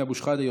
סמי אבו שחאדה,